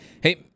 Hey